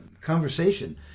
conversation